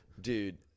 dude